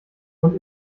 und